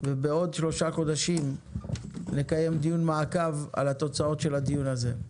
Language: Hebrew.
ובעוד שלושה חודשים נקיים דיון מעקב על תוצאות הדיון הזה.